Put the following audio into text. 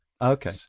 okay